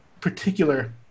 particular